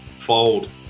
Fold